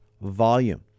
volume